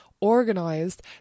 organized